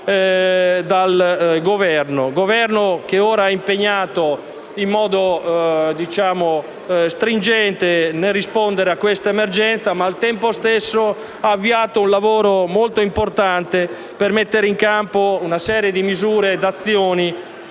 dal Governo, ora impegnato in modo stringente nel rispondere a questa emergenza. Al tempo stesso, però, l'Esecutivo ha avviato un lavoro molto importante per mettere in campo una serie di misure ed azioni